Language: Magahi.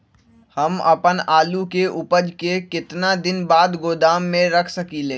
हम अपन आलू के ऊपज के केतना दिन बाद गोदाम में रख सकींले?